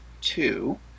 two